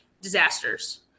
disasters